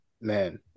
man